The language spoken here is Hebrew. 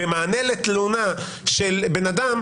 ובמענה לתלונה של בן אדם,